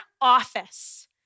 office